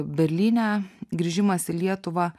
berlyne grįžimas į lietuvą